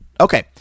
okay